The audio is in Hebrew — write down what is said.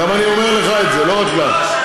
אבל זה לא נכון.